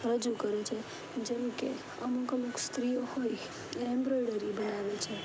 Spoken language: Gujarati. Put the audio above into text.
રજૂ કરે છે જેમ કે અમુક અમુક સ્ત્રીઓ હોય તે એમ્બ્રોઇડરી બનાવે છે